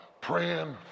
praying